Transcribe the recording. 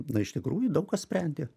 na iš tikrųjų daug kas sprendė